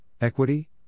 equity